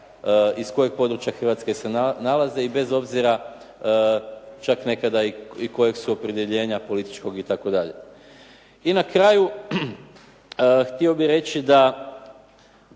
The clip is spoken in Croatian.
iz kojeg područja Hrvatske se nalaze i bez obzira čak nekada i kojeg su opredjeljenja političkog itd. I na kraju, htio bih reći da